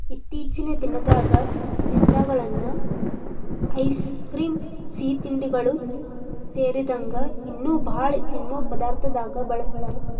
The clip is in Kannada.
ಇತ್ತೇಚಿನ ದಿನದಾಗ ಪಿಸ್ತಾಗಳನ್ನ ಐಸ್ ಕ್ರೇಮ್, ಸಿಹಿತಿಂಡಿಗಳು ಸೇರಿದಂಗ ಇನ್ನೂ ಬಾಳ ತಿನ್ನೋ ಪದಾರ್ಥದಾಗ ಬಳಸ್ತಾರ